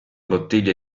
bottiglie